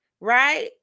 Right